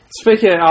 speaking